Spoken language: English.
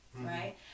right